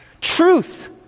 Truth